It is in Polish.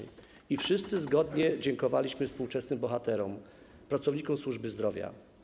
I wszyscy zgodnie dziękowaliśmy współczesnym bohaterom - pracownikom służby zdrowia.